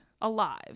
alive